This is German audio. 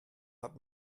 hat